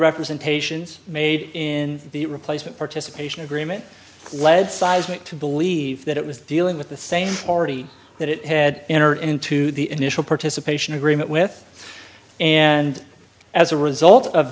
representations made in the replacement participation agreement led seismic to believe that it was dealing with the same already that it had enter into the initial participation agreement with and as a result of